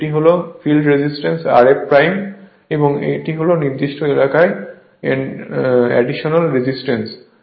এটি হল field resistance Rf এবং এটি নির্দিষ্ট এলাকায় এডিশনাল রেজিস্ট্যান্স হয়